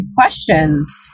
questions